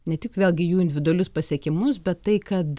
ne tik vėlgi jų individualius pasiekimus bet tai kad